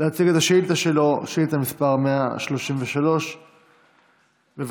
להציג את השאילתה שלו, שאילתה מס' 133. בבקשה,